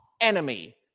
enemy